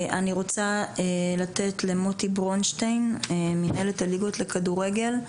אני רוצה לתת למוטי ברונשטיין ממינהלת הליגות לכדורגל,